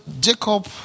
Jacob